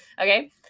Okay